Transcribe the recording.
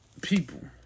People